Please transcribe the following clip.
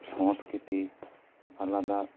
ᱥᱚᱝᱥᱠᱨᱤᱛᱤ ᱟᱞᱟᱫᱟ